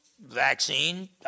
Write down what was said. Vaccine